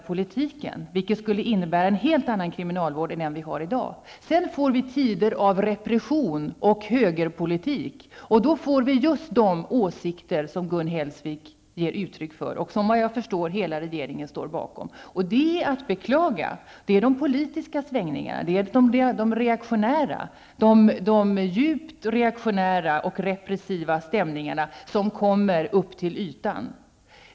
Det skulle innebära en helt annan kriminalvård än den nuvarande. Sedan kommer tider av repression och högerpolitik, och då kommer just de åsikter som Gun Hellsvik ger uttryck för och som tydligen hela regeringen står bakom. Det är att beklaga. De politiska svängningarna gör att de djupt reaktionära och repressiva stämningarna nu kommer upp till ytan.